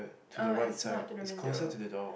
uh it's not to the window